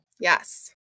yes